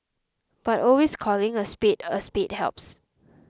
but always calling a spade a spade helps